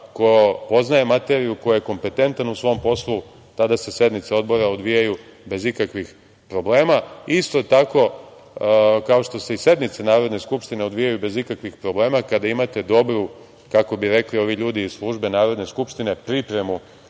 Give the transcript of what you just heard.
ko poznaje materiju, ko je kompetentan u svom poslu, tada se sednice odbora odvijaju bez ikakvih problema. Isto tako kao što se i sednice Narodne skupštine odvijaju bez ikakvih problema kada imate dobru, kako bi rekli ovi ljudi iz službe Narodne skupštine pripremu